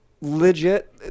legit